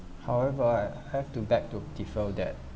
however I have to beg to differ that